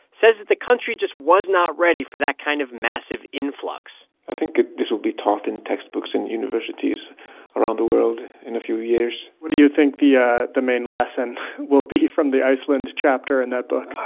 says that the country just was not ready for that kind of massive influx i think that this will be taught in textbooks in universities around the world in a few years what do you think the yeah the main lesson will be from the iceland chapter in that book?